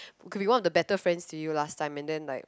could be one of the better friends to you last time and then like